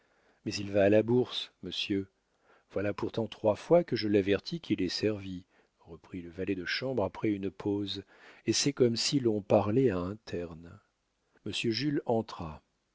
mais il va à la bourse monsieur voilà pourtant trois fois que je l'avertis qu'il est servi reprit le valet de chambre après une pause et c'est comme si l'on parlait à un terne monsieur jules entra